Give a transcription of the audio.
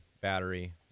battery